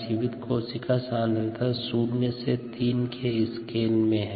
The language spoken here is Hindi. जीवित कोशिका सांद्रता 0 से 3 के पैमाने में है